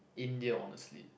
India honestly